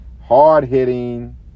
hard-hitting